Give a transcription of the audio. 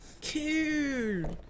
Cute